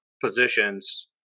positions